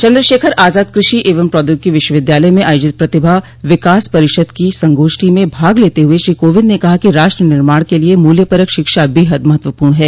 चन्द्र शेखर आजाद कृषि एवं प्रौद्योगिकी विश्वविद्यालय में आयोजित प्रतिभा विकास परिषद की संगोष्ठी में भाग लेते हुए श्री कोविंद ने कहा कि राष्ट्र निर्माण के लिए मूल्यपरक शिक्षा बेहद महत्वपूर्ण है